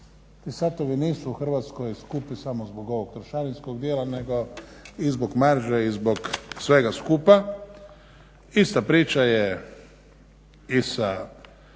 Ti satovi nisu u Hrvatskoj skupi samo zbog ovog trošarinskog dijela, nego i zbog marže i zbog svega skupa. Ista priča je i sa